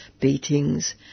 beatings